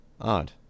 Odd